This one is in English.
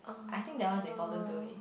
I think that one is important to me